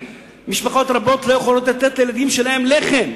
משפחות רבות לא יכולות לתת לילדים שלהן לחם.